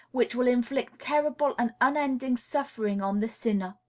which will inflict terrible and unending suffering on the sinner.